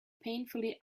painfully